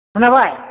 खोनाबाय